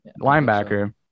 Linebacker